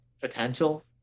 potential